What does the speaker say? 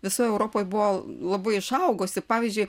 visoj europoj buvo labai išaugusi pavyzdžiui